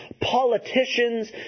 politicians